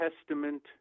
Testament